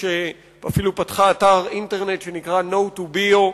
שאפילו פתחה אתר אינטרנט שנקרא No 2 Bio,